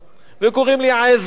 וקוראים לי עזרא,